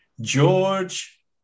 George